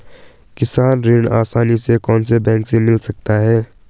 किसान ऋण आसानी से कौनसे बैंक से मिल सकता है?